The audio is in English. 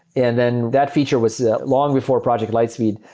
and then that feature was that long before project lightspeed.